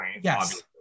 Yes